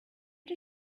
did